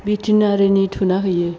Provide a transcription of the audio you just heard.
भेटेनारिनि थुना होयो